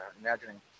imagining